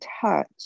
touch